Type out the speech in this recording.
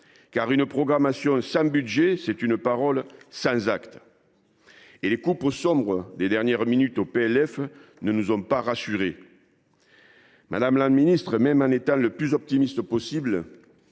? Une programmation sans budget, c’est une parole sans actes. Et les coupes sombres de dernière minute au projet de loi de finances ne nous ont pas rassurés. Madame la ministre, même en étant le plus optimiste possible,